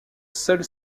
seule